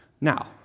Now